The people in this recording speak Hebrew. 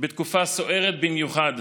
בתקופה סוערת במיוחד.